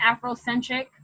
afrocentric